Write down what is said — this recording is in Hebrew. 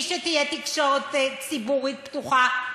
בלי שתהיה תקשורת ציבורית פתוחה,